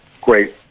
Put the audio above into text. great